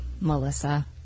Melissa